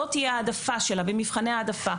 זאת תהיה ההעדפה שלה במבחני העדפה.